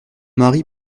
mari